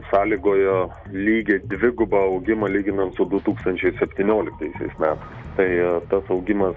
sąlygojo lygiai dvigubą augimą lyginant su du tūkstančiai septynioliktaisiais metais tai tas augimas